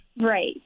Right